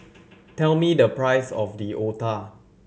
tell me the price of the Otah